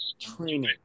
training